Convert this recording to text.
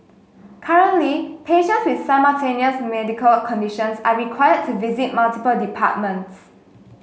currently patients with simultaneous medical conditions are required to visit multiple departments